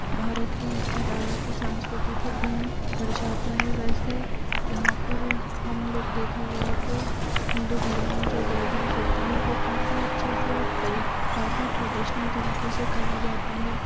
भारत की मुख्यधारा कि संस्कृति को भिन्न दर्शाता है वैसे यहाँ पर हम लोग देखा जाए तो हिन्दू धर्म में जो वेडिंग्स होती है वह काफ़ी अच्छे से और तरी काफ़ी ट्रडिशनल तरीके से करी जाती है